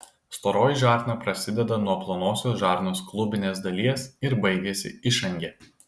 storoji žarna prasideda nuo plonosios žarnos klubinės dalies ir baigiasi išange